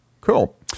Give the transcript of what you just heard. Cool